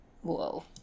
Whoa